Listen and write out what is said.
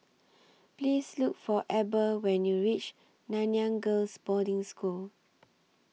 Please Look For Eber when YOU REACH Nanyang Girls' Boarding School